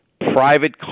private